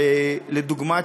לדוגמה,